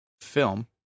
film